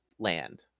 land